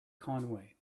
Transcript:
conway